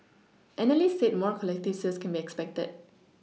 analysts said more collective sales can be expected